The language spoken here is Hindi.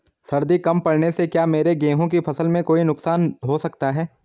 सर्दी कम पड़ने से क्या मेरे गेहूँ की फसल में कोई नुकसान हो सकता है?